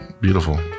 beautiful